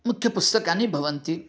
मुख्यपुस्तकानि भवन्ति